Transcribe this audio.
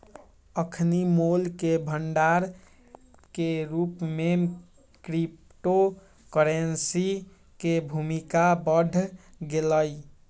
अखनि मोल के भंडार के रूप में क्रिप्टो करेंसी के भूमिका बढ़ गेलइ